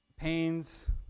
Pains